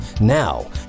Now